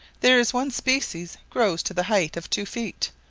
there is one species grows to the height of two feet,